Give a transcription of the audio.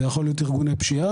זה יכול להיות ארגוני פשיעה,